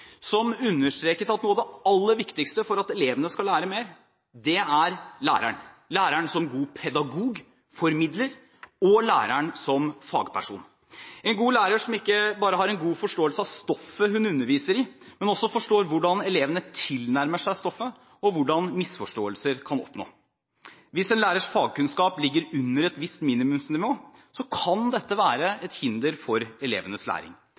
som understreket at noe av det aller viktigste for at elevene skal lære mer, er læreren – læreren som god pedagog, formidler, og læreren som fagperson, en god lærer som ikke bare har en god forståelse av stoffet hun underviser i, men som også forstår hvordan elevene tilnærmer seg stoffet, og hvordan misforståelser kan oppstå. Hvis en lærers fagkunnskap ligger under et visst minimumsnivå, kan dette være et hinder for elevenes læring.